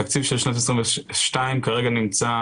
התקציב של שנת 2022 כרגע נמצא